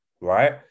right